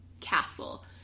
castle